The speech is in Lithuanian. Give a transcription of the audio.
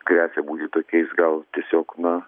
gresia būti tokiais gal tiesiog na